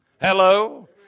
Hello